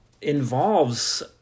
involves